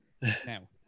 Now